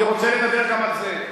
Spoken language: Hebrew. אני רוצה לדבר גם על זה.